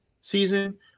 season